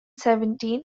seventeen